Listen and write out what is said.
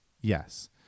yes